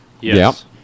Yes